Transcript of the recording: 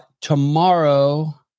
Tomorrow